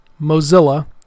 Mozilla